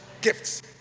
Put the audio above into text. gifts